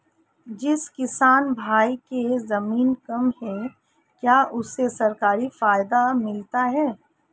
जिस किसान भाई के ज़मीन कम है क्या उसे सरकारी फायदा मिलता है?